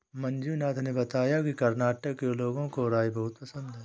मंजुनाथ ने बताया कि कर्नाटक के लोगों को राई बहुत पसंद है